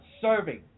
serving